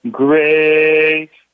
great